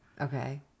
Okay